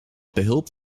behulp